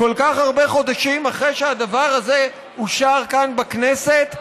כל כך הרבה חודשים אחרי שהדבר הזה אושר כאן בכנסת,